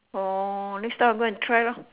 orh next time I go and try lor